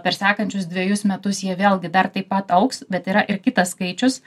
per sekančius dvejus metus jie vėlgi dar taip pat augs bet yra ir kitas skaičius